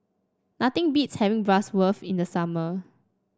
nothing beats having Bratwurst in the summer